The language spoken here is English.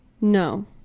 No